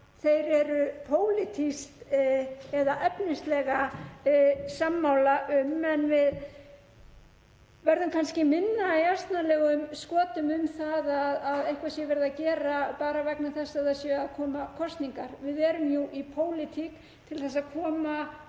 þeir eru pólitískt eða efnislega sammála um en við verðum kannski minna í asnalegu skotum um að eitthvað sé verið að gera bara vegna þess að það séu að koma kosningar. Við erum jú í pólitík til að koma